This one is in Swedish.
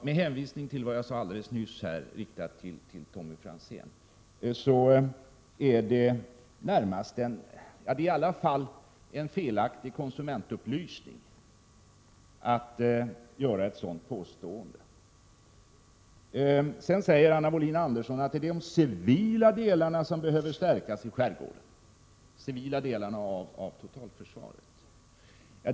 Med hänvisning till vad jag sade alldeles nyss, riktat till Tommy Franzén, vill jag påpeka att det är en felaktig konsumentupplysning att göra ett sådant påstående. Sedan säger Anna Wohlin-Andersson att det är de civila delarna av totalförsvaret som behöver förstärkas i skärgården.